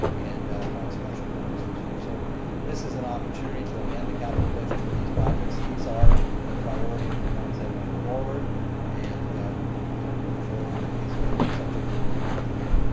and one special-purpose reserve. so this is an opportunity to amend the capital budget for these projects. these are the priority ones that went forward and we'll move forward with these, ah subject to approval tonight.